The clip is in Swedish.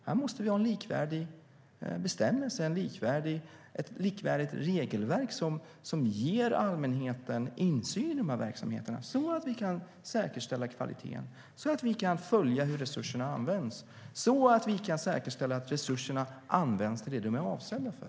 Här måste vi ha en likvärdig bestämmelse, ett likvärdigt regelverk som ger allmänheten insyn i verksamheterna, så att vi ska säkerställa kvaliteten, så att vi kan följa hur resurserna används, så att vi ska säkerställa att resurserna används till vad de är avsedda för.